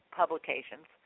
publications